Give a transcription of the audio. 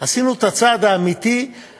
עשינו את הצעד האמיתי.